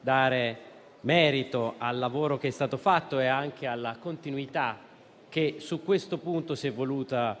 dare merito al lavoro che è stato fatto ed anche alla continuità che su questo punto si è voluto